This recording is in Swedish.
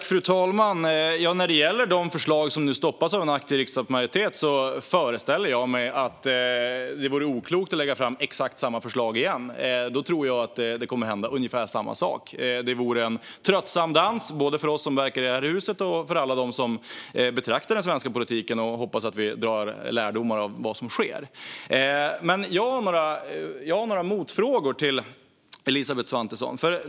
Fru talman! När det gäller de förslag som nu stoppas av en aktiv riksdagsmajoritet föreställer jag mig att det vore oklokt att lägga fram exakt samma förslag igen. Då tror jag att ungefär samma sak skulle hända. Det vore en tröttsam dans både för oss som verkar i det här huset och för alla dem som betraktar den svenska politiken och hoppas att vi drar lärdomar av vad som sker. Jag har några motfrågor till Elisabeth Svantesson.